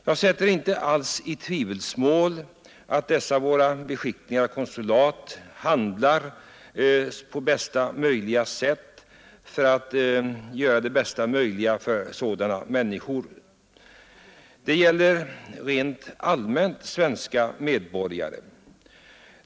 Jag sätter inte alls i tvivelsmål att dessa våra beskickningar och konsulat gör det bästa möjliga för sådana människor. Det gäller rent allmänt svenska medborgare.